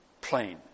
plain